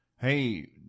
hey